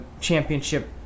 championship